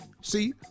See